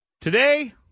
Today